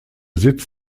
sitz